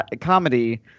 comedy